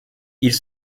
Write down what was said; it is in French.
ils